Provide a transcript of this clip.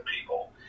people